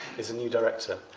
is the new director.